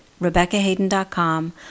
rebeccahayden.com